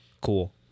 cool